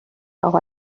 اقا